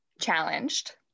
challenged